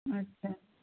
अच्छा